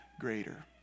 Greater